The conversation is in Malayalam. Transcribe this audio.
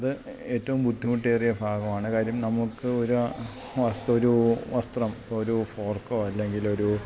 അതേറ്റവും ബുദ്ധിമുട്ടേറിയ ഭാഗമാണ് കാര്യം നമുക്ക് ഒരു വസ്ത്രം ഇപ്പോള് ഒരു ഫ്രോക്കോ അല്ലെങ്കിലൊരു